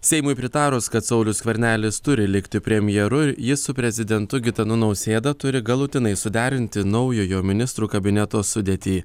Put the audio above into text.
seimui pritarus kad saulius skvernelis turi likti premjeru jis su prezidentu gitanu nausėda turi galutinai suderinti naujojo ministrų kabineto sudėtį